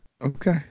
Okay